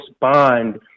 bond